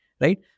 Right